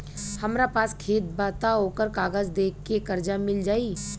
हमरा पास खेत बा त ओकर कागज दे के कर्जा मिल जाई?